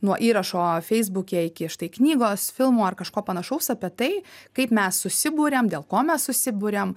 nuo įrašo feisbuke iki štai knygos filmo ar kažko panašaus apie tai kaip mes susiburiam dėl ko mes susiburiam